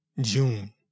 June